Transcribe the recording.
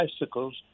bicycles